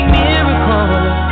miracles